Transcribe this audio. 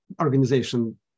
organization